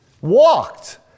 walked